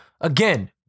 Again